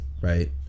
right